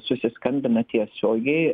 susiskambina tiesiogiai